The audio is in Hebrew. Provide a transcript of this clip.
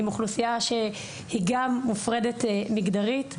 עם אוכלוסייה שהיא גם מופרדת מגדרית,